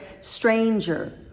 stranger